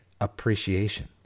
appreciation